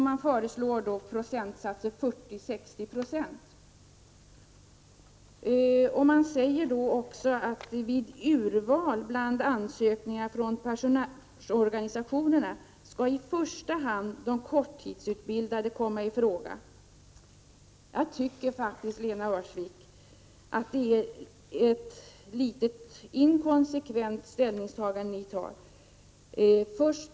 Man föreslår fördelningen 40 90 resp. 60 Yo, och man säger också: Vid urval bland ansökningar från pensionärsorganisationerna skall i första hand de korttidsutbildade komma i fråga. Jag tycker faktiskt, Lena Öhrsvik, att ert ställningstagande är litet inkonsekvent.